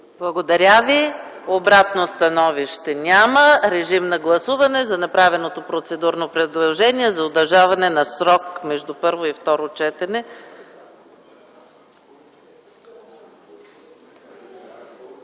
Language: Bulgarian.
Благодаря Ви. Обратно становище няма. Гласуваме направеното процедурно предложение за удължаване на срока между първо и второ четене.